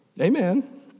Amen